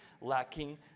lacking